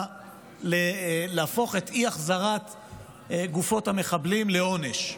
להפוך את אי-החזרת גופות המחבלים לעונש.